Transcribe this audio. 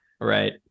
Right